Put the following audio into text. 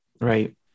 Right